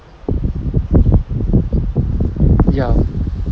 ya